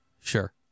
Sure